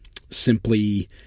simply